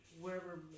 wherever